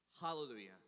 Hallelujah